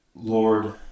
Lord